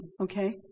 okay